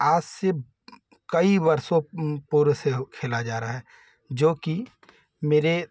आज से कई वर्षों पूर्व से खेला जा रहा है जो कि मेरे